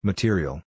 Material